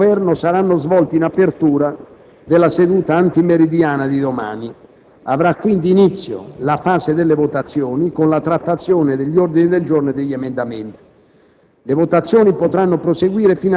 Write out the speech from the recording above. Le repliche del relatore e del Governo saranno svolte in apertura della seduta antimeridiana di domani. Avrà quindi inizio la fase delle votazioni, con la trattazione degli ordini del giorno e degli emendamenti.